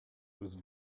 whose